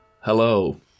hello